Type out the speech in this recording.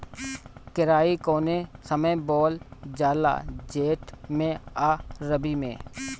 केराई कौने समय बोअल जाला जेठ मैं आ रबी में?